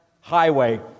Highway